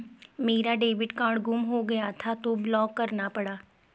मेरा debit card गुम हो गया था तो ब्लॉक करना पड़ा